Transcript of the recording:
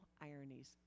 ironies